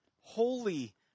Holy